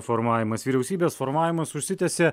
formavimas vyriausybės formavimas užsitęsė